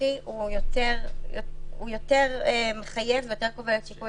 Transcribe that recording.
הנוכחי יותר מחייב ויותר קובע את שיקול